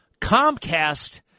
Comcast